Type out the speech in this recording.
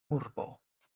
urbo